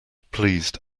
pleased